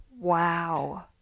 Wow